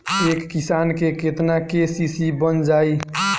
एक किसान के केतना के.सी.सी बन जाइ?